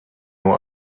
nur